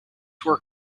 were